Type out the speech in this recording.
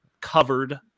covered